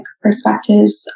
perspectives